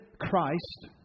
Christ